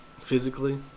physically